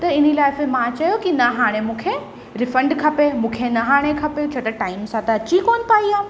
त हिन लाइ फिर मां चयो कि न हाणे मूंखे रिफंड खपे मूंखे न हाणे खपे छो त टाइम सां त अची कोन पाई आहे